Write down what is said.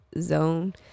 zone